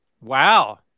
Wow